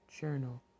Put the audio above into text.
Journal